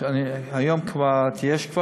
היום כבר יש,